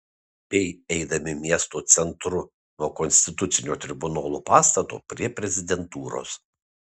bei eidami miesto centru nuo konstitucinio tribunolo pastato prie prezidentūros